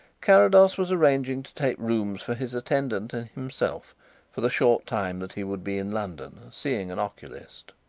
carrados was arranging to take rooms for his attendant and himself for the short time that he would be in london, seeing an oculist.